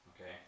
Okay